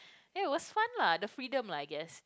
hey was fun lah the freedom lah I guess